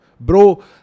bro